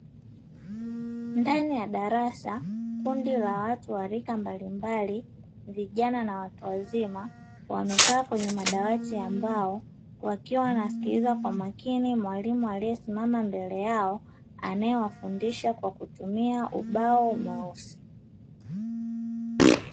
Ndani ya darasa kundi la watu wa rika mbalimbali vijana na watu wazima wamekaa kwenye madawati ambao, wakiwa wanasikiza kwa makini mwalimu aliyesimama mbele yao anayewafundisha kwa kutumia ubao mweusi.